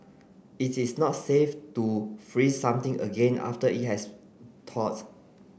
it is not safe to freeze something again after it has thawed